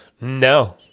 No